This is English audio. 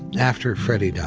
after freddie died,